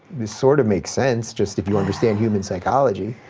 this sorta makes sense, just if you understand human psychology.